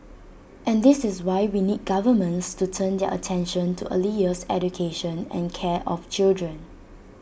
and this is why we need governments to turn their attention to early years education and care of children